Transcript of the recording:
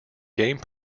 game